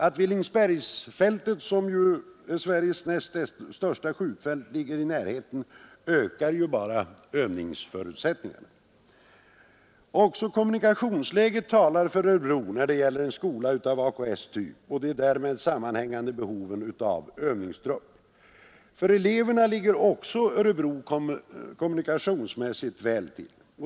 Att Villingsbergsfältet, Sveriges näst största skjutfält, Torsdagen den ligger i närheten ökar bara övningsförutsättningarna. 13 december 1973 Också kommunikationsläget talar för Örebro när det gäller en skola av — AKS:s typ och de därmed sammanhängande behoven av övningstrupp. För eleverna ligger också Örebro kommunikationsmässigt väl till.